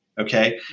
Okay